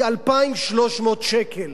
היא 2,300 שקל.